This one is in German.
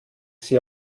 sie